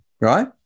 right